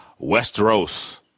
Westeros